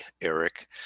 Eric